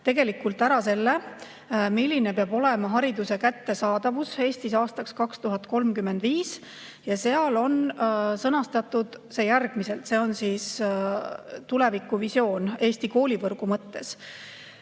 tegelikult, milline peab olema hariduse kättesaadavus Eestis aastaks 2035. Seal on see sõnastatud järgmiselt – see on siis tulevikuvisioon Eesti koolivõrgu mõttes: